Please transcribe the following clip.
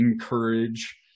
encourage